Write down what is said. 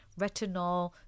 retinol